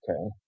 Okay